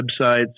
websites